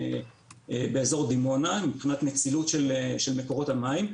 באזור דימונה מבחינת נצילות של מקורות המים.